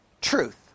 truth